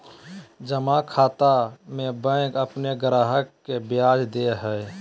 जमा खाता में बैंक अपन ग्राहक के ब्याज दे हइ